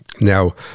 now